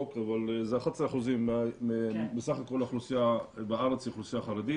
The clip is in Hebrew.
11% מסך הכול האוכלוסייה בארץ היא האוכלוסייה החרדית.